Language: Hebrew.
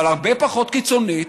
אבל הרבה פחות קיצונית.